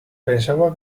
pensaba